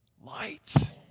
light